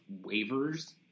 waivers